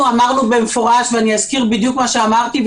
אנחנו אמרנו במפורש אני אזכיר בדיוק מה שאמרתי,